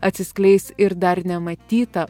atsiskleis ir dar nematyta